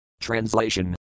Translation